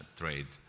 trade